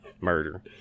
murder